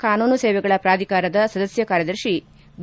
ಕಾನೂನು ಸೇವೆಗಳ ಪ್ರಾಧಿಕಾರದ ಸದಸ್ಯ ಕಾರ್ಯದರ್ತಿ ಬಿ